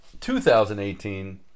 2018